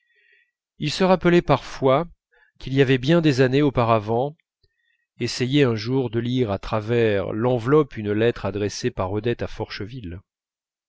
il se rappelait parfois qu'il avait bien des années auparavant essayé un jour de lire à travers l'enveloppe une lettre adressée par odette à forcheville